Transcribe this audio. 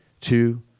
two